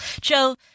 Joe